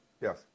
Yes